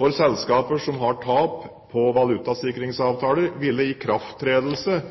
For selskaper som har tap på valutasikringsavtaler, ville ikrafttredelse